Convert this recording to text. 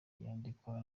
yandikwa